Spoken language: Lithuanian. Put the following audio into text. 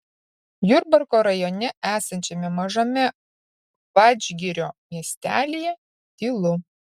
jurbarko rajone esančiame mažame vadžgirio miestelyje tylu